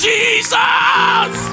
Jesus